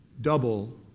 double